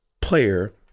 player